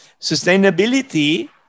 sustainability